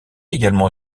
également